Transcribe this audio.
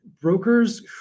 brokers